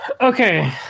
Okay